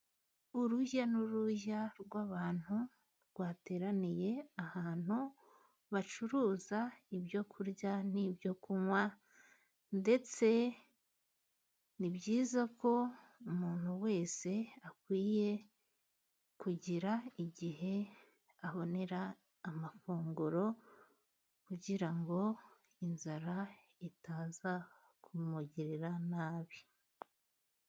Urujya n'uruza rw'abantu bateraniye ahantu bacuruza ibyo kurya n'ibyo kunywa, ndetse ni byiza ko umuntu wese akwiriye kugira igihe abonera amafunguro kugira ngo inzara itaza kumugirira nabi.